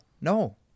No